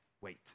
Wait